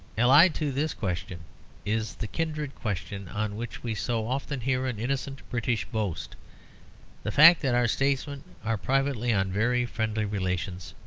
allied to this question is the kindred question on which we so often hear an innocent british boast the fact that our statesmen are privately on very friendly relations,